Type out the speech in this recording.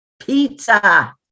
pizza